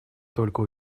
только